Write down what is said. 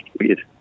weird